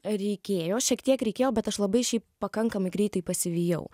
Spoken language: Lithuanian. reikėjo šiek tiek reikėjo bet aš labai šiaip pakankamai greitai pasivijau